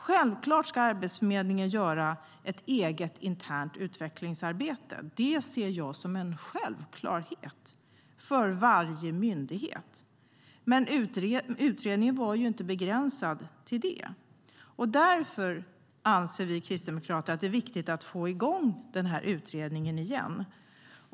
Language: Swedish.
Självklart ska Arbetsförmedlingen göra ett eget, internt, utvecklingsarbete; det ser jag som en självklarhet för varje myndighet. Men utredningen var ju inte begränsad till det, och därför anser vi kristdemokrater att det är viktigt att få igång utredningen igen.